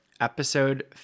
episode